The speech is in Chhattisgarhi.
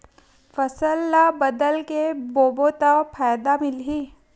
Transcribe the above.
फसल ल बदल के बोबो त फ़ायदा मिलही?